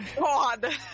god